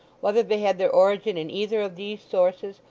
whether they had their origin in either of these sources,